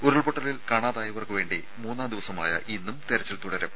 ഉരുൾപൊട്ടലിൽ കാണാതായവർക്കു വേണ്ടി മൂന്നാം ദിവസമായ ഇന്നും തെരച്ചിൽ തുടരും